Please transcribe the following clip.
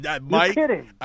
Mike